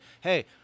hey